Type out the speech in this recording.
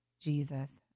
Jesus